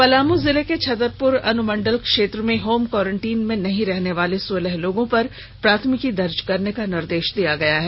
पलामू जिले के छत्तरपूर अनुमंडल क्षेत्र में होम कोरेंटीन में नहीं रहनेवाले सोलह लोगों पर प्राथमिकी दर्ज करने का निर्देश दिया गया है